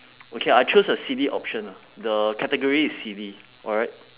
okay lah I choose a silly option lah the category is silly alright